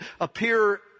appear